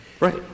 Right